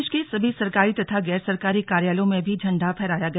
प्रदेश के सभी सरकारी तथा गैरसरकारी कार्यालयों में भी झंडा फहराया गया